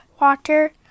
water